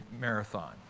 marathon